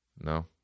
No